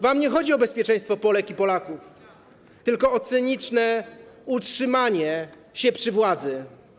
Wam nie chodzi o bezpieczeństwo Polek i Polaków, tylko o cyniczne utrzymanie się przy władzy.